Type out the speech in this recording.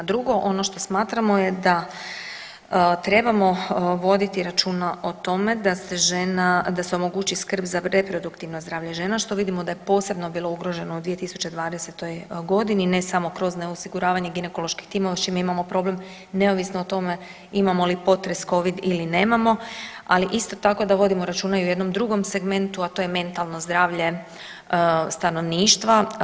Drugo, ono što smatramo je da trebamo voditi računa o tome da se omogući skrb za reproduktivno zdravlje žena, što vidimo da je posebno bilo ugroženo u 2020.g., ne samo kroz neosiguravanje ginekoloških timova s čime imamo problem neovisno o tome imamo li potres, covid ili nemamo, ali isto tako da vodimo računa i o jednom drugom segmentu, a to je mentalno zdravlje stanovništva.